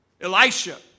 Elisha